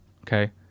okay